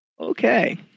Okay